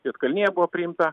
juodkalnija buvo priimta